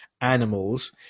animals